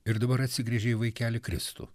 ir dabar atsigręžė į vaikelį kristų